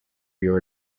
your